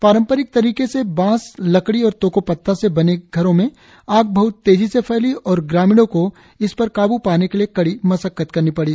पारंपरिक तरीके से बांस लकड़ी और तोको पत्ता से बने घरों में आग बहत तेजी से फैली और ग्रामीणों को इस पर काबू पाने के लिए कड़ी मसक्कत करनी पड़ी